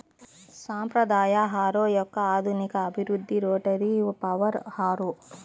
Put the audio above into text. సాంప్రదాయ హారో యొక్క ఆధునిక అభివృద్ధి రోటరీ పవర్ హారో